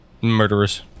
murderers